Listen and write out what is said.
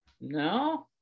no